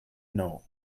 know